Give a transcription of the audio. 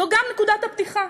זו גם נקודת הפתיחה.